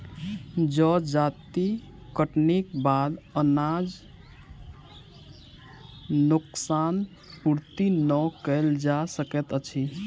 जजाति कटनीक बाद अनाजक नोकसान पूर्ति नै कयल जा सकैत अछि